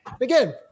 Again